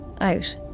out